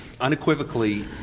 unequivocally